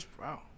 wow